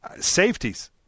safeties